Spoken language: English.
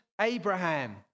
Abraham